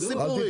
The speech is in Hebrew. לא סיפורים.